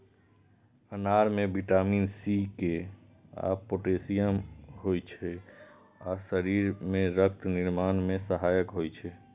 अनार मे vitamin C, K आ पोटेशियम होइ छै आ शरीर मे रक्त निर्माण मे सहायक होइ छै